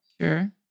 Sure